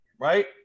right